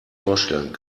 vorstellen